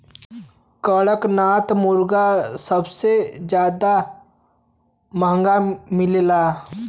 कड़कनाथ मुरगा सबसे जादा महंगा मिलला